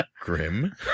Grim